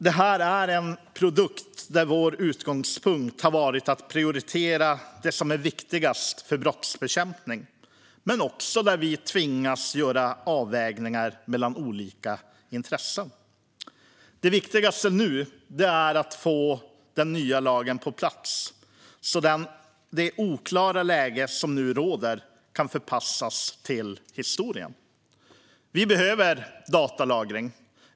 Det här är en produkt där vår utgångspunkt har varit att prioritera det som är viktigast för brottsbekämpningen men också där vi tvingas göra avvägningar mellan olika intressen. Det viktigaste nu är att få den nya lagen på plats, så att det oklara läge som råder kan förpassas till historien. Vi behöver datalagring.